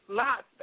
lots